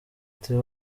theo